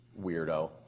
Weirdo